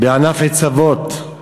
"ענף עץ אבות"